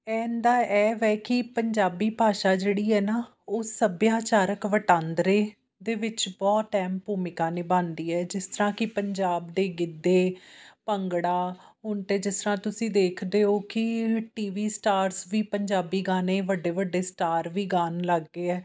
ਇਹਨਾਂ ਦਾ ਇਹ ਹੈ ਕਿ ਪੰਜਾਬੀ ਭਾਸ਼ਾ ਜਿਹੜੀ ਹੈ ਨਾ ਉਹ ਸੱਭਿਆਚਾਰਕ ਵਟਾਂਦਰੇ ਦੇ ਵਿੱਚ ਬਹੁਤ ਅਹਿਮ ਭੂਮਿਕਾ ਨਿਭਾਉਂਦੀ ਹੈ ਜਿਸ ਤਰ੍ਹਾਂ ਕਿ ਪੰਜਾਬ ਦੇ ਗਿੱਧੇ ਭੰਗੜਾ ਹੁਣ ਤਾਂ ਜਿਸ ਤਰ੍ਹਾਂ ਤੁਸੀਂ ਦੇਖਦੇ ਹੋ ਕਿ ਟੀ ਵੀ ਸਟਾਰਸ ਵੀ ਪੰਜਾਬੀ ਗਾਣੇ ਵੱਡੇ ਵੱਡੇ ਸਟਾਰ ਵੀ ਗਾਉਣ ਲੱਗ ਗਏ ਆ